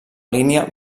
línia